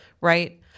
Right